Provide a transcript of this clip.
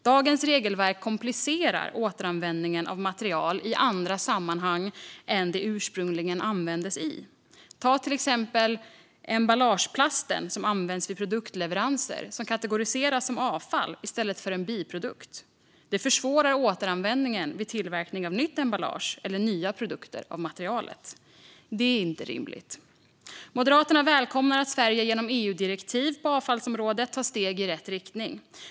Dagens regelverk komplicerar återanvändningen av material i andra sammanhang än det som det ursprungligen användes i. Ta till exempel emballageplasten som används vid produktleveranser, som kategoriseras som avfall i stället för en biprodukt. Det försvårar återanvändningen vid tillverkning av nytt emballage eller nya produkter av materialet. Det är inte rimligt. Moderaterna välkomnar att Sverige genom EU-direktiv på avfallsområdet tar steg i rätt riktning.